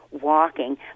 walking